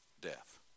death